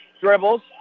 Dribbles